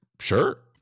sure